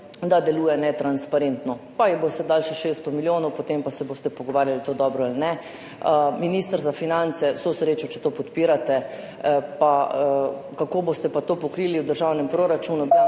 da deluje netransparentno. Pa ji boste dali še 600 milijonov, potem pa se boste pogovarjali, ali je to dobro ali ne. Minister za finance, vso srečo, če to podpirate. Kako boste pa to pokrili v državnem proračunu?